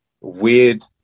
weird